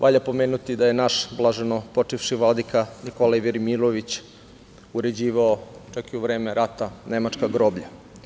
Valja pomenuti da je naš blaženopočevši Vladika Nikolaj Velimirović uređivao čak i u vreme rata nemačka groblja.